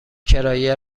کرایه